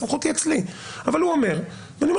הסמכות היא אצלי אבל הוא אומר ואני אומר